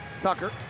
Tucker